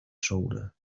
shoulder